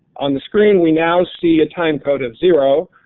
on the screen we now see a time code of zero.